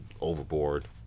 overboard